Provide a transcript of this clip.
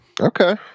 Okay